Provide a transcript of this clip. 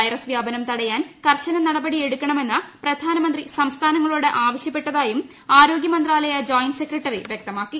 virus വ്യാപനം തടയാൻ കർശന നടപടിയെടുക്കണമെന്ന് പ്രധാനമന്ത്രി സംസ്ഥാനങ്ങളോട് ആവശ്യപ്പെട്ടതായും ആരോഗ്യ മന്ത്രാലയ ജോയിന്റ് സെക്രട്ടറി വ്യക്തമാക്കി